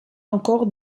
encore